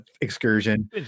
excursion